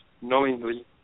knowingly